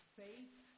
faith